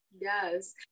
Yes